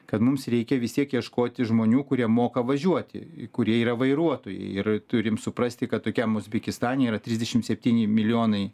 kad mums reikia vis tiek ieškoti žmonių kurie moka važiuoti kurie yra vairuotojai ir turim suprasti kad tokiam uzbekistane yra trisdešim septyni milijonai